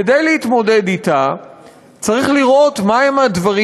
כדי להתמודד אתה צריך לראות מה הם הדברים